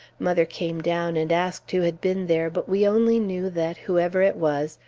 mother came down and asked who had been there, but we only knew that, whoever it was,